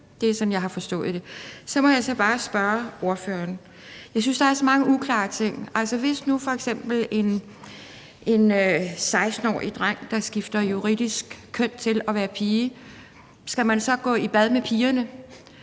det er sådan, jeg har forstået det. Jeg må så bare spørge ordføreren om noget, for jeg synes, der er så mange uklare ting. Hvis nu f.eks. en 16-årig dreng skifter juridisk køn til at være pige, skal vedkommende så gå i bad med pigerne?